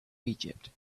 egypt